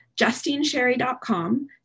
JustineSherry.com